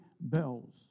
bells